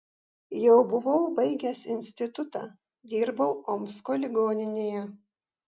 jau buvau baigęs institutą dirbau omsko ligoninėje